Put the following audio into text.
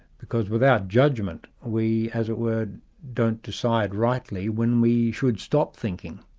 because without judgment we as it were don't decide rightly when we should stop thinking,